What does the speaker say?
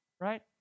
Right